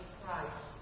Christ